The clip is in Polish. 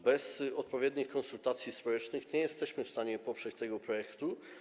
Bez odpowiednich konsultacji społecznych nie jesteśmy w stanie poprzeć tego projektu.